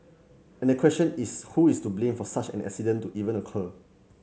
and the question is who is to blame for such an accident to even occur